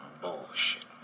bullshit